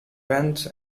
pants